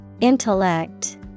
Intellect